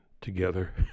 together